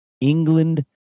England